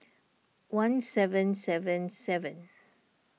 one seven seven seven